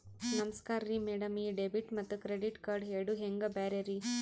ನಮಸ್ಕಾರ್ರಿ ಮ್ಯಾಡಂ ಈ ಡೆಬಿಟ ಮತ್ತ ಕ್ರೆಡಿಟ್ ಕಾರ್ಡ್ ಎರಡೂ ಹೆಂಗ ಬ್ಯಾರೆ ರಿ?